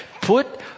put